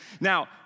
Now